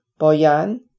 Boyan